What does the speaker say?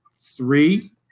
three